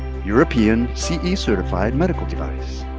european ce certified medical device.